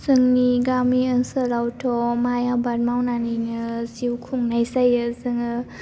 जोंनि गामि ओनसोलावथ' माइ आबाद मावनानैनो जिउ खुंनाय जायो जोङो